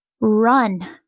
run